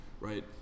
right